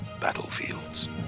battlefields